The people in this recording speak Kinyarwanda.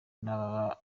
n’ababa